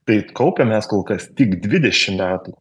tai kaupiam mes kol kas tik dvidešimt metų